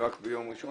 רק ביום ראשון